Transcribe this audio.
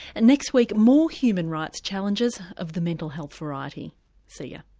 and next week more human rights challenges of the mental health variety see yeah